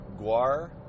Guar